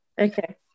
okay